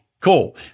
Cool